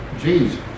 Jesus